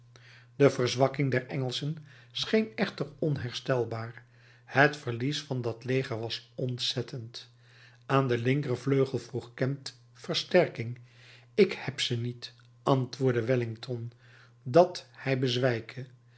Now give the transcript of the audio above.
de verzwakking der engelschen scheen echter onherstelbaar het verlies van dat leger was ontzettend aan den linkervleugel vroeg kempt versterking ik heb ze niet antwoordde wellington dat hij bezwijke